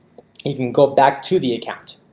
you can go back to the account.